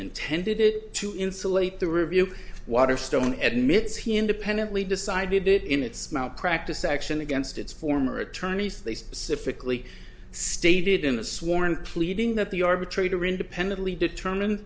intended it to insulate the review water stone at mit's he independently decided it in its mouth practice action against its former attorneys they specifically stated in the sworn pleading that the arbitrator independently determine